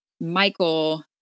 Michael